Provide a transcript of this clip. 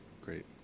Great